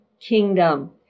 kingdom